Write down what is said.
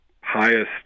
highest